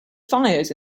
fires